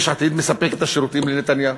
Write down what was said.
יש עתיד מספקת את השירותים לנתניהו.